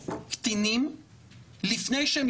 זאת עמותה שמקדמת זכויות וצרכים של ישראלים דוברי רוסית ובנושא הגיור,